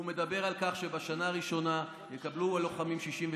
הוא מדבר על כך שבשנה הראשונה יקבלו הלוחמים 66%,